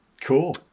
Cool